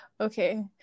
Okay